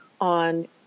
on